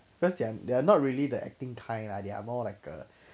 because they're they're not really the acting kind lah they are more like a